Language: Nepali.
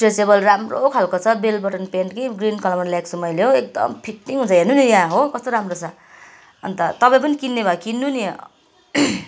स्ट्रेचेबल राम्रो खालको छ बेल बटन पेन्ट कि ग्रिन कलरमा ल्याएको छु एकदम फिटिङ हुन्छ हेर्नु नि यहाँ हो कस्तो राम्रो छ अन्त तपाईँ पनि किन्ने भए किन्नु नि